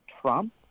Trump